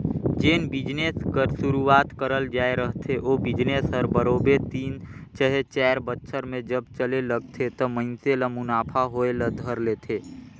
जेन बिजनेस कर सुरूवात करल जाए रहथे ओ बिजनेस हर बरोबेर तीन चहे चाएर बछर में जब चले लगथे त मइनसे ल मुनाफा होए ल धर लेथे